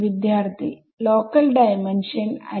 വിദ്യാർത്ഥി local dimension അല്ലെ